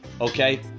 okay